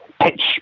pitch